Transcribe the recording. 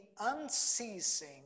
unceasing